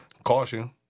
Caution